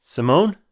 Simone